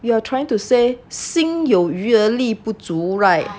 you are trying to say 心有余而力不足 right